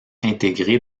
intégré